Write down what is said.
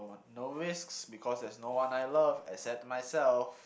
no risks because there's no one I love except myself